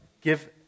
give